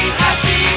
happy